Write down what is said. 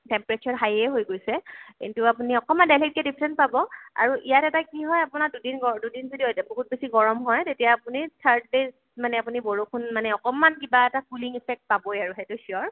temperature হাইয়ে হৈ গৈছে কিন্তু আপুনি অকণমান দিল্লীতকৈ ডিফাৰেণ্ট পাব আৰু ইয়াত এটা কি হয় আপোনাৰ দুদিন গৰম দুদিন যদি বহুত বেছি গৰম হয় তেতিয়া আপুনি থাৰ্ড ডেত মানে আপুনি বৰষুণ মানে অকণমান কিবা এটা কুলিং ইফেক্ট পাবই আৰু সেইটো ছিঅ'ৰ